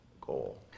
goal